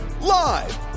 live